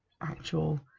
actual